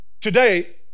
Today